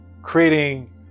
creating